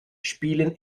spielen